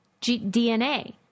DNA